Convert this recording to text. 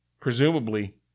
presumably